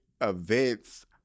events